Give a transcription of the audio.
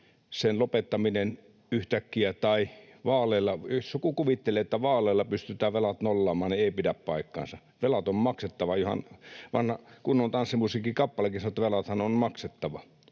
sen lopettaminen yhtäkkiä tai vaaleilla — jos joku kuvittelee, että vaaleilla pystytään velat nollaamaan, niin ei pidä paikkaansa. Velat on maksettava. Vanha kunnon tanssimu-siikkikappalekin sanoo, että ”velathan on maksettava”.